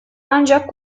ancak